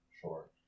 Sure